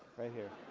right here.